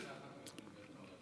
תודה רבה, אדוני היושב-ראש.